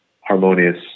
harmonious